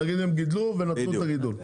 נגיד הם גידלו ונתנו את הגידול,